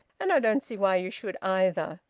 and i don't see why you should, either.